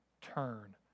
turn